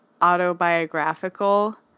autobiographical